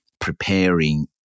preparing